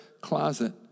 closet